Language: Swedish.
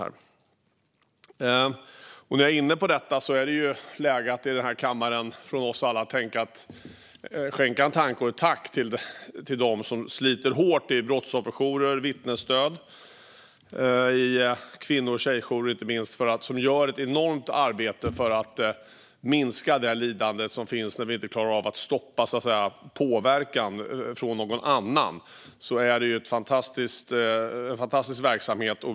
Det är läge för oss alla i den här kammaren att skänka en tanke och ett tack till dem som sliter hårt i brottsofferjourer och som vittnesstöd och inte minst kvinno och tjejjourer som gör ett enormt arbete för att minska lidandet. När man inte klarar av att stoppa påverkan från någon annan är det en fantastisk verksamhet.